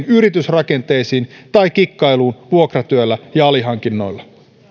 yritysrakenteisiin tai kikkailuun vuokratyöllä ja alihankinnalla ja